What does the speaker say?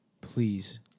please